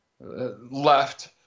left